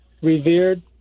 revered